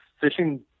fishing